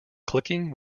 clicking